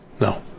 No